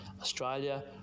Australia